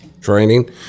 training